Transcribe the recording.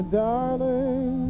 darling